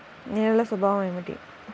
నేలల స్వభావం ఏమిటీ?